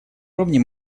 уровне